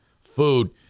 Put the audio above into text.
food